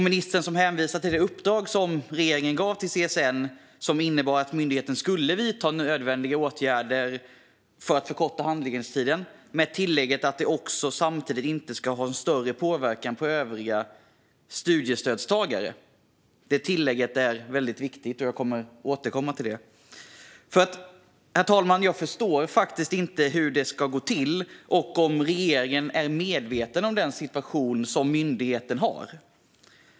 Ministern hänvisade till det uppdrag regeringen gav CSN som innebar att myndigheten skulle vidta nödvändiga åtgärder för att förkorta handläggningstiden och som hade tillägget att det samtidigt inte skulle ha någon större påverkan på övriga studiestödstagare. Det tillägget är väldigt viktigt, och jag kommer att återkomma till det. Herr talman! Jag förstår faktiskt inte hur detta ska gå till och om regeringen är medveten om den situation som myndigheten har.